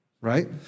Right